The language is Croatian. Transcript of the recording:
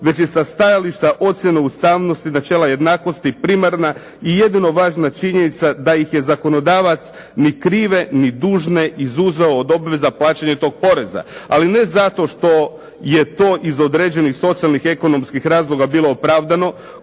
već je sa stajališta ocjene ustavnosti, načela jednakosti primarna i jedino važna činjenica da ih je zakonodavac ni krive, ni dužne izuzeo od obveza plaćanja tog poreza. Ali ne zato što je to iz određenih socijalnih, ekonomskih razloga bilo opravdano.